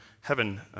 heaven